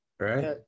Right